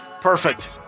Perfect